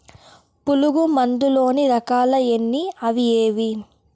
పులుగు మందు లోని రకాల ఎన్ని అవి ఏవి?